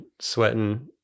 sweating